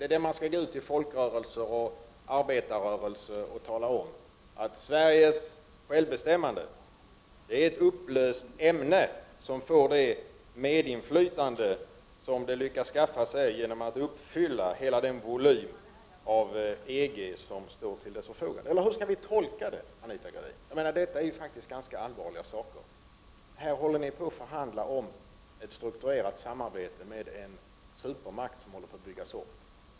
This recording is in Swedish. Är det det man skall gå ut till folkrörelser och arbetarrörelsen och tala om, att Sveriges självbestämmande är ett upplöst ämne, som får det medinflytande som det lyckats skaffa sig genom att uppfylla hela den volym av EG som står till dess förfogande — eller hur skall vi tolka detta, Anita Gradin? Detta är ju faktiskt ganska allvarliga saker. Här håller ni på att förhandla om ett strukturerat samarbete med en supermakt som håller på att byggas upp.